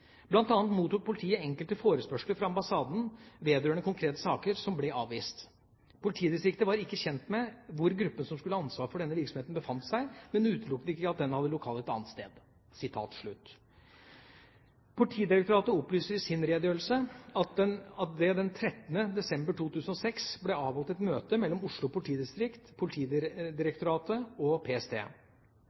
mottok politiet enkelte forespørsler fra ambassaden vedr konkrete saker som ble avvist. Politidistriktet var ikke kjent med hvor gruppen som skulle ha ansvar for denne virksomheten befant seg, men utelukket ikke at den hadde lokaler et annet sted.» Politidirektoratet opplyser i sin redegjørelse at det den 13. desember 2006 ble avholdt et møte mellom Oslo politidistrikt, Politidirektoratet og PST.